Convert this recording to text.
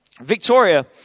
Victoria